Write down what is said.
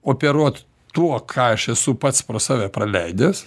operuot tuo ką aš esu pats pro save praleidęs